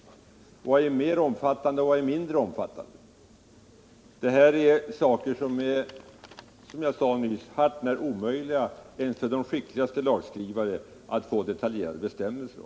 Vad är mer omfattande och vad Nr 55 är mindre omfattande? Det här är, som jag sade, begrepp som det är hart när omöjligt t.o.m. för de skickligaste lagskrivare att göra detaljerade bestämmelser om.